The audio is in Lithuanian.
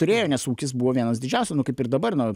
turėjo nes ūkis buvo vienas didžiausių nu kaip ir dabar nu